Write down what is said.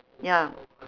ya